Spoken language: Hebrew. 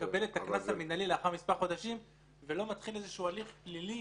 -- מקבל את הקנס המינהלי לאחר מספר חודשים ולא מתחיל הליך פלילי